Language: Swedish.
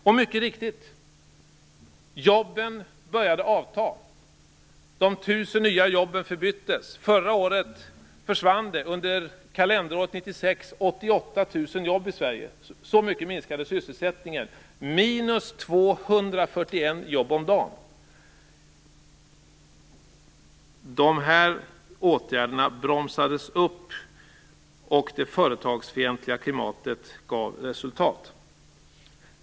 Och mycket riktigt, jobben började avta, de 1 000 nya jobben förbyttes under kalenderåret 1996 i 88 000 färre jobb i Sverige. Så mycket minskade sysselsättningen - minus 241 jobb om dagen. Med de här åtgärderna bromsades utvecklingen upp, och det företagsfientliga klimatet gav resultat.